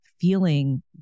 feeling